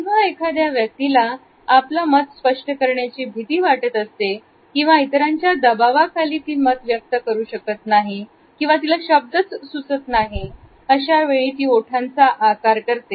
जेव्हा एखाद्या व्यक्तीला आपलं मत स्पष्ट करण्याची भीती वाटत असते किंवा इतरांच्या दबावाखाली ती मत व्यक्त करू शकत नाही किंवा तिला शब्द सुचत नाही अशावेळी ती ओठांचा आकार करते